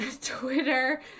twitter